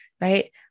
right